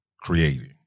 creating